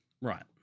Right